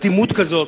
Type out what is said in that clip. אטימות כזאת.